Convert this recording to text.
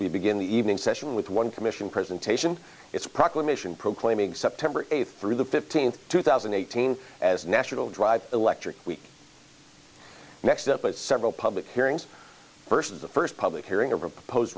we begin the evening session with one commission presentation its proclamation proclaiming september eighth through the fifteenth two thousand and eighteen as national drive electric week next up at several public hearings first the first public hearing of a propose